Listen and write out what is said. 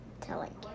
Telling